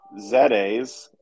ZAs